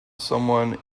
someone